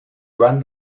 joan